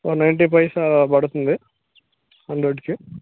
ఓ ninety పైసా అలా పడుతుంది హండ్రెడ్కి